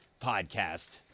podcast